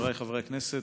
חבריי חברי הכנסת,